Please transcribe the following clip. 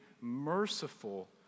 merciful